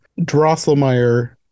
drosselmeyer